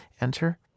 Enter